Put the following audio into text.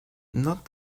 not